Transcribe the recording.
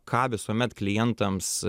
ką visuomet klientams